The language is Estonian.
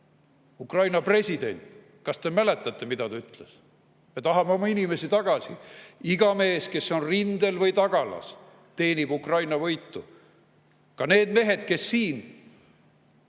Ukraina president. Kas te mäletate, mida ta ütles? Ta ütles: "Me tahame oma inimesi tagasi. Iga mees, kes on rindel või tagalas, teenib Ukraina võitu." Ka need mehed, kes siin